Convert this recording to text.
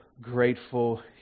grateful